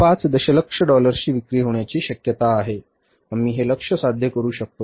5 दशलक्ष डॉलर्सची विक्री होण्याची शक्यता आहे आम्ही हे लक्ष्य साध्य करू शकतो